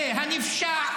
עוד פעם משקר.